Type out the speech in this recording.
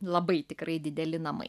labai tikrai dideli namai